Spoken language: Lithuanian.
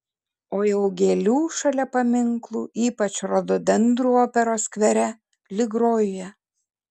o jau gėlių šalia paminklų ypač rododendrų operos skvere lyg rojuje